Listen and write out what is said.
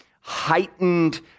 heightened